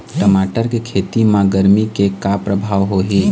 टमाटर के खेती म गरमी के का परभाव होही?